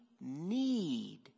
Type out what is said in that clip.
need